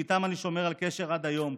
שאיתם אני שומר על קשר עד היום,